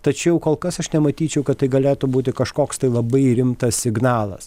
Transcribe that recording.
tačiau kol kas aš nematyčiau kad tai galėtų būti kažkoks tai labai rimtas signalas